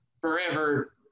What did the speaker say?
forever